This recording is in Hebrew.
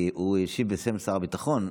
כי הוא השיב בשם שר הביטחון,